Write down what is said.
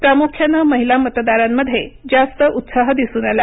प्रामुख्यानं महिला मतदारांमध्ये जास्त उत्साह दिसून आला